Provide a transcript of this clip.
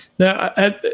Now